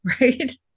right